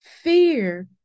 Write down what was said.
Fear